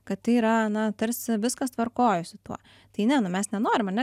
kad tai yra na tarsi viskas tvarkoj su tuo tai ne nu mes nenorim ane